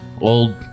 old